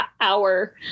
hour